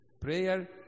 Prayer